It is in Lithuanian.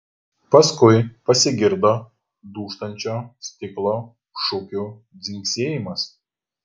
paskui pasigirdo dūžtančio stiklo šukių dzingsėjimas